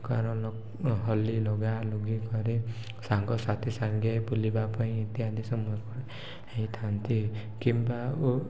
କାରଣ ହୋଲି ଲଗାଲୁଗି କରି ସାଙ୍ଗସାଥି ସାଙ୍ଗେ ବୁଲିବା ପାଇଁ ଇତ୍ୟାଦି ସମୟ ହେଇଥାନ୍ତି କିମ୍ବା